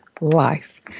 life